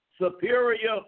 superior